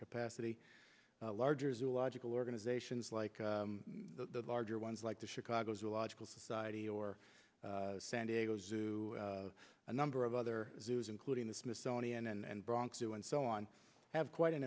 capacity larger zoological organizations like the larger ones like the chicago's a lot school society or san diego zoo a number of other zoos including the smithsonian and bronx zoo and so on have quite an